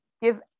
give